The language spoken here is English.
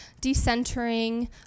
decentering